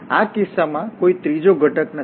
આ કિસ્સામાં કોઈ ત્રીજો ઘટક નથી